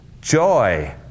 Joy